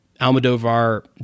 Almodovar